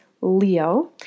Leo